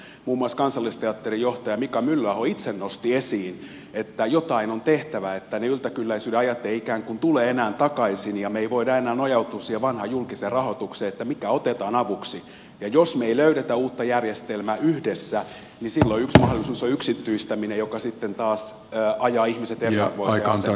muun muassa kansallisteatterin johtaja mika myllyaho itse nosti esiin että jotain on tehtävä että ne yltäkylläisyyden ajat eivät ikään kuin tule enää takaisin ja me emme voi enää nojautua siihen vanhaan julkiseen rahoitukseen että mikä otetaan avuksi ja jos me emme löydä uutta järjestelmää yhdessä niin silloin yksi mahdollisuus on yksityistäminen joka sitten taas ajaa ihmiset eriarvoiseen asemaan